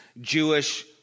Jewish